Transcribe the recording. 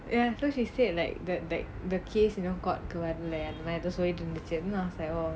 ya so she said like that that the case you know court கு வரல:ku varala then I was like oh